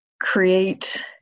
create